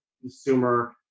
consumer